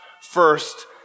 first